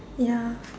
ya